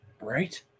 right